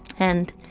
and